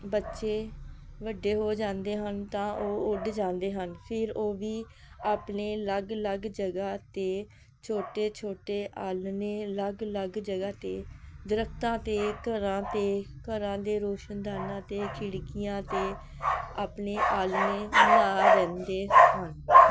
ਬੱਚੇ ਵੱਡੇ ਹੋ ਜਾਂਦੇ ਹਨ ਤਾਂ ਉਹ ਉੱਡ ਜਾਂਦੇ ਹਨ ਫਿਰ ਉਹ ਵੀ ਆਪਣੇ ਅਲੱਗ ਅਲੱਗ ਜਗ੍ਹਾ 'ਤੇ ਛੋਟੇ ਛੋਟੇ ਆਲ੍ਹਣੇ ਅਲੱਗ ਅਲੱਗ ਜਗ੍ਹਾ 'ਤੇ ਦਰੱਖਤਾਂ 'ਤੇ ਘਰਾਂ 'ਤੇ ਘਰਾਂ ਦੇ ਰੋਸ਼ਨਦਾਨਾਂ 'ਤੇ ਖਿੜਕੀਆਂ 'ਤੇ ਆਪਣੇ ਆਲ੍ਹਣੇ ਬਣਾ ਲੈਂਦੇ ਹਨ